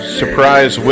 surprise